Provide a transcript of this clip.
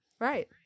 Right